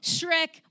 Shrek